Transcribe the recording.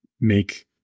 make